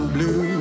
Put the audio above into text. Blue